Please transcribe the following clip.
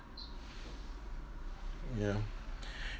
ya